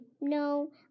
no